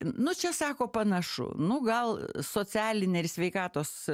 nu čia sako panašu nu gal socialinė ir sveikatos